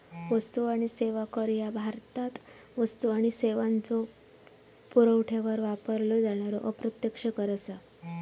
वस्तू आणि सेवा कर ह्या भारतात वस्तू आणि सेवांच्यो पुरवठ्यावर वापरलो जाणारो अप्रत्यक्ष कर असा